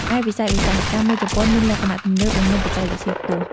ឯវិស័យឧស្សាហកម្មនៅជប៉ុនមានលក្ខណៈទំនើប និងមានបច្ចេកវិទ្យាខ្ពស់ ។